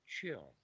chill